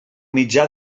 mitjà